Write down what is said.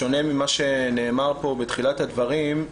בשונה ממה שנאמר פה בתחילת הדברים,